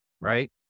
right